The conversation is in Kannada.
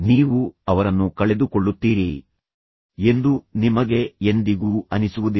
ನೀವು ಅವರನ್ನು ಕಳೆದುಕೊಳ್ಳುತ್ತೀರಿ ಎಂದು ನಿಮಗೆ ಎಂದಿಗೂ ಅನಿಸುವುದಿಲ್ಲ